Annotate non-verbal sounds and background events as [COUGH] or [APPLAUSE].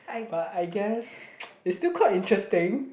but I guess [NOISE] it's still quite interesting